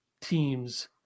teams